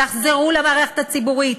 תחזרו למערכת הציבורית.